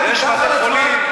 יש בתי חולים,